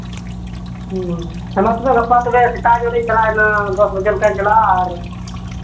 ᱦᱮᱸᱢᱟ ᱛᱚᱵᱮ ᱜᱟᱯᱟ ᱛᱚᱵᱮ ᱥᱮᱛᱟᱜ ᱧᱚᱜ ᱨᱤᱧ ᱪᱟᱞᱟᱣ ᱮᱱᱟ ᱫᱚᱥ ᱵᱟᱡᱮ ᱞᱮᱠᱟᱧ ᱪᱟᱞᱟᱜᱼᱟ ᱟᱨ